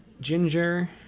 ginger